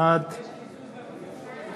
בעד